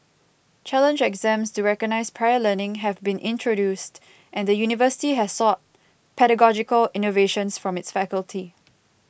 challenge exams to recognise prior learning have been introduced and the university has sought pedagogical innovations from its faculty